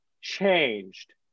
changed